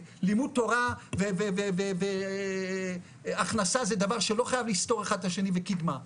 לימדו תורה הכנסה זה דבר שלא חייב לסתור אחד את השני וקידמה,